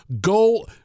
go –